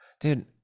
Dude